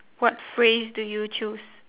what phrase do you choose